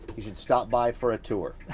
he should stop by for a tour.